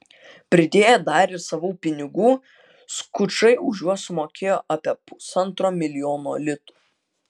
pridėję dar ir savų pinigų skučai už juos sumokėjo apie pusantro milijono litų